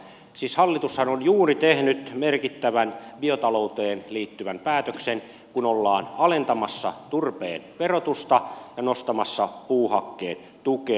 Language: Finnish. siis hallitushan on juuri tehnyt merkittävän biotalouteen liittyvän päätöksen kun ollaan alentamassa turpeen verotusta ja nostamassa puuhakkeen tukea